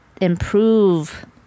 improve